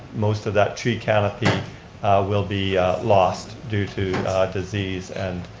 most of that tree canopy will be lost due to disease and